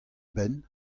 benn